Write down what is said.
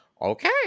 Okay